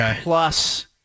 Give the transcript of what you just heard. plus